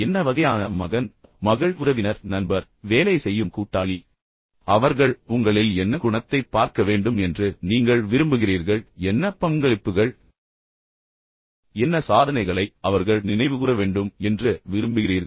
என்ன வகையான மகன் அல்லது மகள் அல்லது உறவினர் என்ன வகையான நண்பர் என்ன மாதிரியான வேலை செய்யும் கூட்டாளி அவர்கள் உங்களில் என்ன குணத்தை பார்க்க வேண்டும் என்று நீங்கள் விரும்புகிறீர்கள் என்ன பங்களிப்புகள் என்ன சாதனைகளை அவர்கள் நினைவுகூர வேண்டும் என்று விரும்புகிறீர்கள்